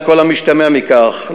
על כל המשתמע מכך,